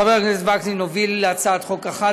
חבר הכנסת וקנין הוביל להצעת חוק אחת